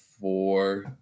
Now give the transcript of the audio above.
four